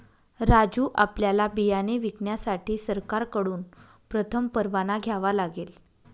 राजू आपल्याला बियाणे विकण्यासाठी सरकारकडून प्रथम परवाना घ्यावा लागेल